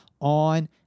on